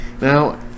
now